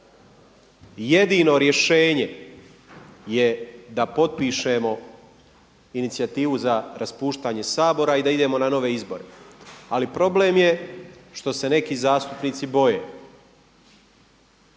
Jedino rješenje je da potpišemo inicijativu za raspuštanje Sabora i da idemo na nove izbore. Ali problem je što se neki zastupnici boje.